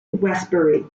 westbury